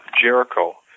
Jericho